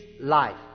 life